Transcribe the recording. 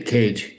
Cage